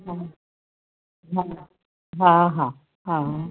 हा हा हा हा हा